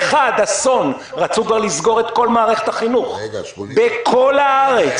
אסון, רצו כבר לסגור את כל מערכת החינוך בכל הארץ.